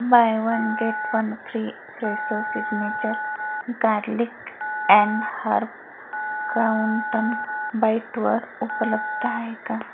bye one get one free Fresho signature garlic and herb crouton बाईटवर उपलब्ध आहे का